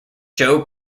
joe